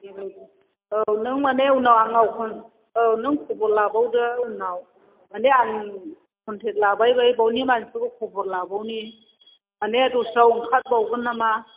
बेबायदि औ नों माने उनाव आंनाव औ नों खबर लाबावदो उनाव माने आं कन्टेक्ट लाबावनि मानसिफोरखौ खबर लाबावनि माने दस्रायाव ओंखारबावगोन नामा